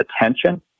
attention